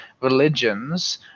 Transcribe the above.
religions